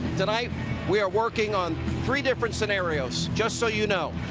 tonight we are working on three different scenarios, just so you know.